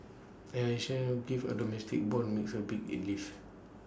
addition give A domestic Bond is A big A lift